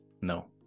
No